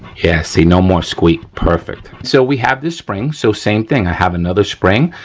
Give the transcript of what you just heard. yeah, see, no more squeak, perfect. so, we have this spring. so, same thing, i have another spring,